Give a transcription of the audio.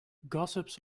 gossips